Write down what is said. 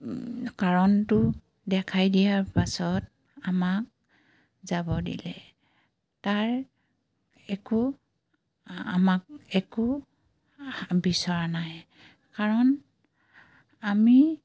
কাৰণটো দেখাই দিয়াৰ পাছত আমাক যাব দিলে তাৰ একো আমাক একো বিচৰা নাই কাৰণ আমি